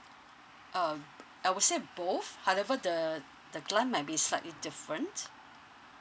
um I would say both however the the grant might be slightly different